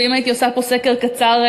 ואם הייתי עושה פה סקר קצר,